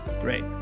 Great